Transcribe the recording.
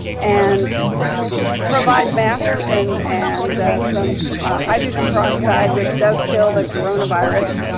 and provide masks and and some hydrogen peroxide, which does kill the coronavirus.